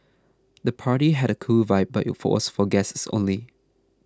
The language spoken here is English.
the party had a cool vibe but you for was for guests only